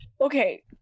okay